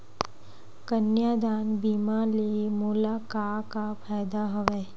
कन्यादान बीमा ले मोला का का फ़ायदा हवय?